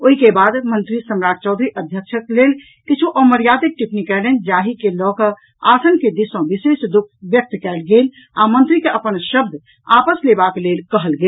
ओहि के बाद मंत्री सम्राट चौधरी अध्यक्षक लेल किछु अमर्यादित टिप्पणी कयलनि जाहि के लऽकऽ आसन के दिस सॅ विशेष दुःख व्यक्त कयल गेल आ मंत्री के अपन शब्द आपस लेबाक लेल कहल गेल